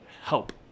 help